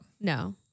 No